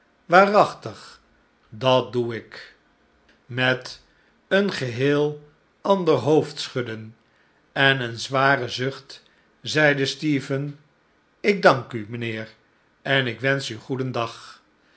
waarachtig dat doe ik met een geheel ander hoofdschudden en een zwaren zucht zeide stephen ik dank u mijnheer en ik wensch u goedendag